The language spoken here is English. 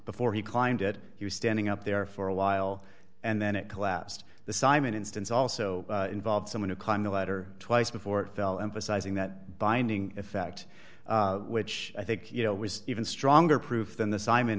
before he climbed it he was standing up there for a while and then it collapsed the simon instance also involved someone who climbed the ladder twice before it fell emphasizing that binding effect which i think you know was even stronger proof than the simon